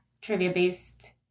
trivia-based